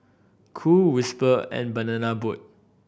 Cool Whisper and Banana Boat